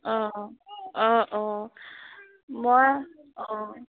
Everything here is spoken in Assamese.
অঁ অঁ অঁ মই অঁ